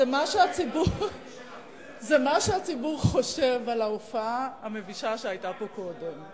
זה מה שהציבור חושב על ההופעה המבישה שהיתה פה קודם.